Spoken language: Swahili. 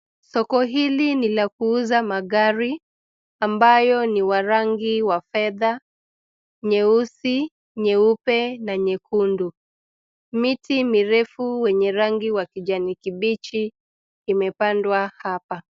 Soko hili ni la kuuza magari ambayo ni wa rangi wa fedha, nyeusi nyeupe na nyekundu. Miti mirefu wenye rangi ya kijani kibichi imepandwa hapa.